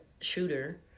shooter